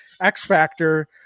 x-factor